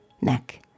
neck